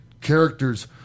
characters